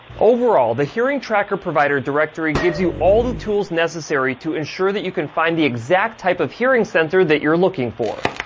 overall, the hearing tracker provider directory gives you all the tools necessary to ensure that you can find the exact type of hearing center that you're looking for.